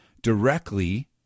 directly